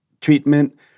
treatment